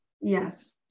yes